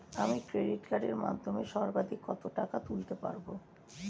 আমি ক্রেডিট কার্ডের মাধ্যমে সর্বাধিক কত টাকা তুলতে পারব?